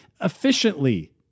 efficiently